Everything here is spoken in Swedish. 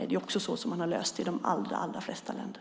Det är så som det har lösts i de allra flesta länder.